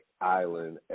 Island